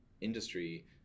industry